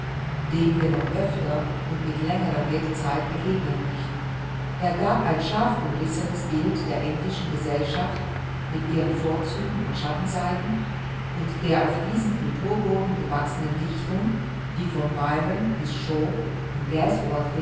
dem wir noch öfter und mit längerer redezeit begegnen möchten er gab ein scharf umrissenes bild der englischen gesellschaft mit ihren vorzügen und schattenseiten und der auf diesem kulturboden gewachsenen dichtung die von byron bis shaw und